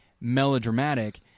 melodramatic